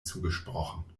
zugesprochen